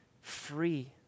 free